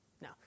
no